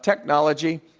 technology,